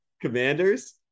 Commanders